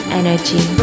energy